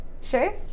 sure